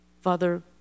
Father